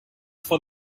for